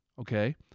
okay